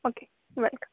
okay welcome